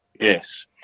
Yes